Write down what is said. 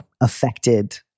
affected